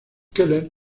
keller